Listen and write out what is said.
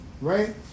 right